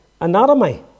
anatomy